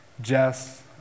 Jess